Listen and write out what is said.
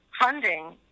funding